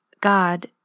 God